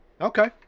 Okay